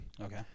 Okay